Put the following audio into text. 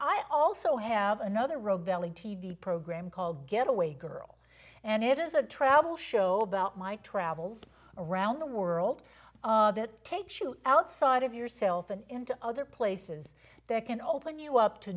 i also have another road valley t v program called getaway girl and it is a travel show about my travels around the world that takes you outside of yourself and into other places that can open you up to